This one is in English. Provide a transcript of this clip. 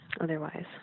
otherwise